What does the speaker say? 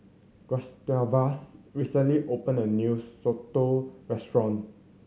Gustavus recently opened a new soto restaurant